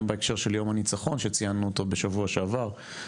גם בהקשר של יום הניצחון שציינו אותו בשבוע שעבר,